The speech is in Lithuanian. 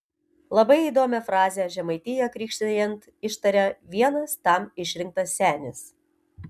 labai įdomią frazę žemaitiją krikštijant ištaria vienas tam išrinktas senis